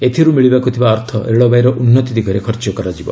ଏଥିରୁ ମିଳିବାକୁ ଥିବା ଅର୍ଥ ରେଳବାଇର ଉନ୍ନତି ଦିଗରେ ଖର୍ଚ୍ଚ କରାଯିବ